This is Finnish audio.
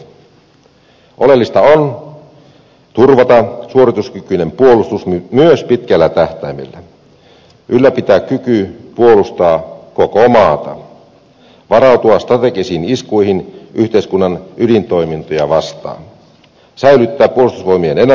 oleellista on turvata suorituskykyinen puolustus myös pitkällä tähtäimellä ylläpitää kyky puolustaa koko maata varautua strategisiin iskuihin yhteiskunnan ydintoimintoja vastaan säilyttää puolustusvoimien ennaltaehkäisykyky